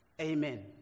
Amen